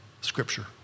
Scripture